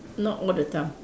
not all the time